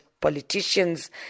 politicians